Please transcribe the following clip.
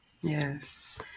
Yes